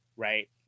right